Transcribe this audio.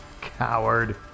Coward